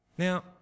Now